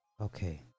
Okay